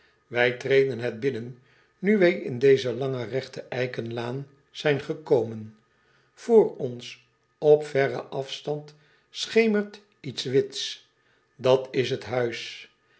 ij treden het binnen nu wij in deze lange regte eikenlaan zijn gekomen r ons op verren afstand schemert iets wits dat is het huis